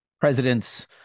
president's